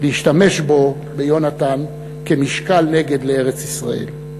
להשתמש בו, ביהונתן, כמשקל נגד לארץ-ישראל.